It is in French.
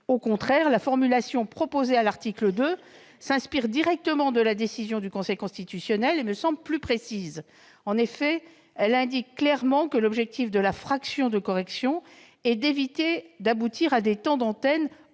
Au contraire, la formulation proposée à l'article 2 s'inspire directement de la décision du Conseil constitutionnel et me semble plus précise. En effet, elle indique clairement que l'objectif de la fraction de correction est d'éviter l'attribution à certaines listes